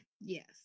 Yes